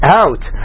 out